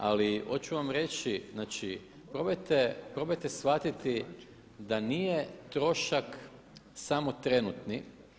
Ali hoću vam reći, znači probajte shvatiti da nije trošak samo trenutni.